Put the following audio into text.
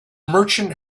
merchant